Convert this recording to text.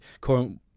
current